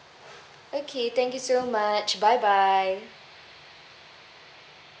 okay thank you so much bye bye